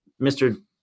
Mr